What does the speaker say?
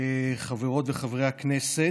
חברות וחברי הכנסת,